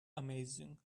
amazing